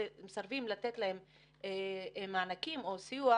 מסרבים לתת להם מענקים או סיוע,